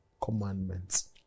commandments